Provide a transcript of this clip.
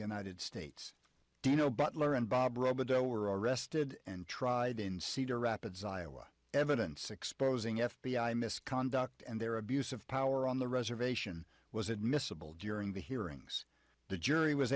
united states do you know butler and bob robideau were arrested and tried in cedar rapids iowa evidence exposing f b i misconduct and their abuse of power on the reservation was admissible during the hearings the jury was